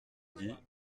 dit